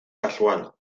casual